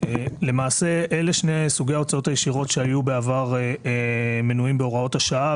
אלה שני סוגי ההוצאות הישירות שבעבר היו מנויים בהוראות השעה,